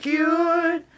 cured